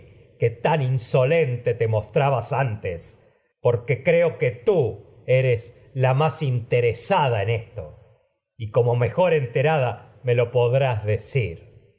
que tan eres insolente la más te antes porque creo tú interesada esto y como mejor enterada me lo podrás decir